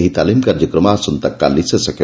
ଏହି ତାଲିମ୍ କାର୍ଯ୍ୟକ୍ରମ ଆସନ୍ତାକାଲି ଶେଷ ହେବ